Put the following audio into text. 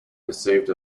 received